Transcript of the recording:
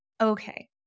Okay